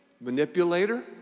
Manipulator